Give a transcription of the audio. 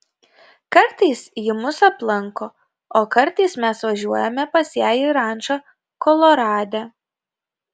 kartais ji mus aplanko o kartais mes važiuojame pas ją į rančą kolorade